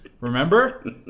Remember